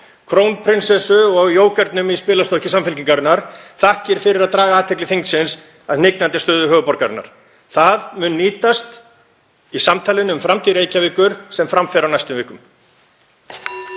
krónprinsessunni og jókernum í spilastokki Samfylkingarinnar, þakkir fyrir að draga athygli þingsins að hnignandi stöðu höfuðborgarinnar. Það mun nýtast í samtalinu um framtíð Reykjavíkur sem fram fer á næstu vikum.